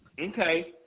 Okay